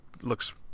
looks